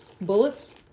Bullets